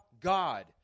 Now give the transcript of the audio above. God